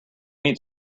meet